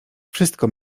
wszystko